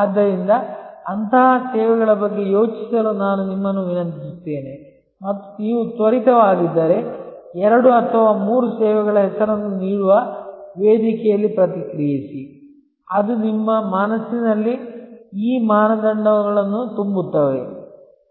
ಆದ್ದರಿಂದ ಅಂತಹ ಸೇವೆಗಳ ಬಗ್ಗೆ ಯೋಚಿಸಲು ನಾನು ನಿಮ್ಮನ್ನು ವಿನಂತಿಸುತ್ತೇನೆ ಮತ್ತು ನೀವು ತ್ವರಿತವಾಗಿದ್ದರೆ ಎರಡು ಅಥವಾ ಮೂರು ಸೇವೆಗಳ ಹೆಸರುಗಳನ್ನು ನೀಡುವ ವೇದಿಕೆಯಲ್ಲಿ ಪ್ರತಿಕ್ರಿಯಿಸಿ ಅದು ನಿಮ್ಮ ಮನಸ್ಸಿನಲ್ಲಿ ಈ ಮಾನದಂಡಗಳನ್ನು ತುಂಬುತ್ತದೆ